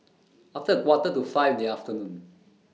after A Quarter to five in The afternoon